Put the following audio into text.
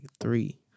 three